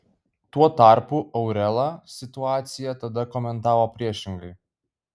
tuo tarpu aurela situaciją tada komentavo priešingai